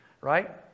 right